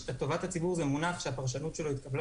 "טובת הציבור" זה מונח שהפרשנות שלו התקבלה